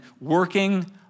working